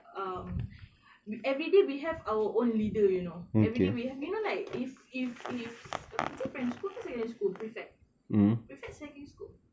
um everyday we have our own leader you know everyday we have you know like if if if apa ni primary school ke secondary school prefect prefect secondary school